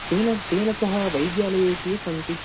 तेन तेन सह वैद्यालये के सन्ति